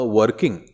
working